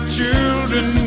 children